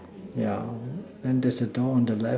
yeah and there's a door on the left